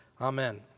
Amen